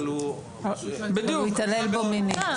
אבל הוא --- אבל הוא התעלל בו מינית.